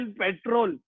petrol